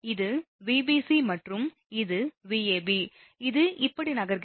இது Vbc மற்றும் இது Vab இது இப்படி நகர்கிறது